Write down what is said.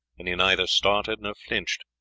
and he neither started nor flinched,